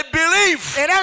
believe